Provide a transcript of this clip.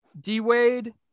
D-Wade